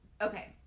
Okay